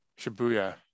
Shibuya